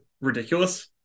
ridiculous